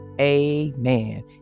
Amen